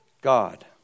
God